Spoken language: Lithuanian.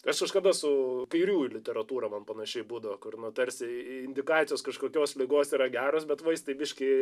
aš kažkada su kairiųjų literatūrom man panašiai būdavo kur nu tarsi indikacijos kažkokios ligos yra geros bet vaistai biškį